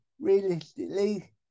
realistically